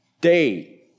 day